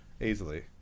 easily